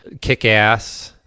Kick-Ass